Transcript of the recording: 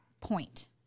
point